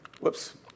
Whoops